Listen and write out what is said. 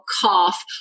cough